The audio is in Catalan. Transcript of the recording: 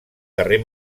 carrer